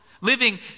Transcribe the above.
living